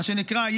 מה שנקרא,